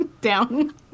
down